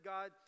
God